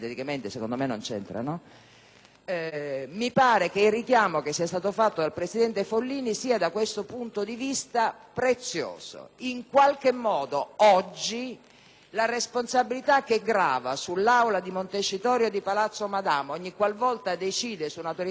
invece che il richiamo fatto dal presidente Follini sia da questo punto di vista prezioso. In qualche modo, oggi, la responsabilità che grava sulle Aule di Montecitorio e di Palazzo Madama ogniqualvolta decidono su un'autorizzazione a procedere è ancora più